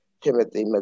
Timothy